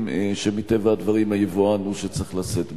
שמטבע הדברים היבואן הוא שצריך לשאת בהם.